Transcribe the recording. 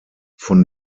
von